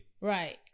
right